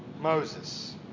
Moses